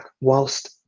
whilst